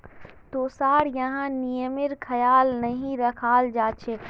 तोसार यहाँ नियमेर ख्याल नहीं रखाल जा छेक